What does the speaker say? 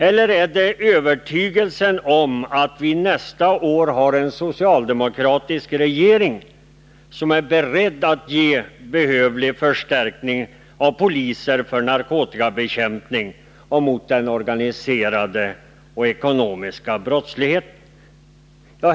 Eller är det övertygelsen om att vi nästa år har en socialdemokratisk regering, som är beredd att ge behövlig polisförstärkning när det gäller narkotikabekämpning och organiserad och ekonomisk brottslighet?